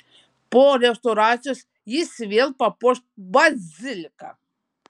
po restauracijos jis vėl papuoš baziliką